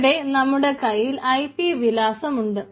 ഇവിടെ നമ്മുടെ കൈയിൽ ഐ പി വിലാസം ഉണ്ട്